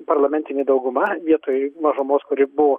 parlamentinė dauguma vietoj mažumos kuri buvo